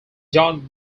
john